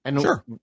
Sure